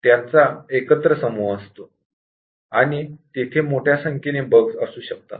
त्यांचा एकत्र समूह असतो आणि तेथे मोठ्या संख्येने बग असू शकतात